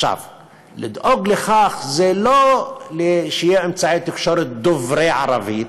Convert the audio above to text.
לדאוג לכך זה לא שיהיו אמצעי תקשורת דוברי ערבית.